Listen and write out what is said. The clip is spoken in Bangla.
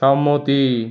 সম্মতি